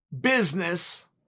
business